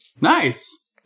Nice